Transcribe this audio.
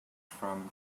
from